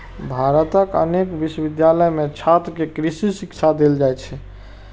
भारतक अनेक विश्वविद्यालय मे छात्र कें कृषि शिक्षा देल जाइ छै